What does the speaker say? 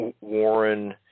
Warren